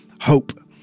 Hope